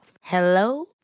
Hello